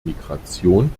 migration